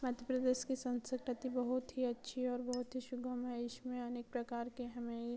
मध्य प्रदेश की संस्कृति बहुत ही अच्छी है बहुत ही सुगम है इसमें अनेक प्रकार के हमें